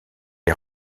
est